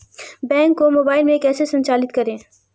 Bank को mobile में कैसे संचालित करें?